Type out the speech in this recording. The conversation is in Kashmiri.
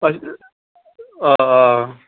آ